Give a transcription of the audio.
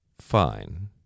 fine